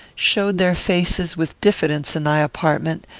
showed their faces with diffidence in thy apartment,